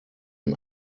ein